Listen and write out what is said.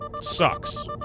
sucks